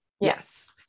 Yes